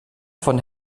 von